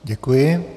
Děkuji.